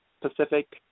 Pacific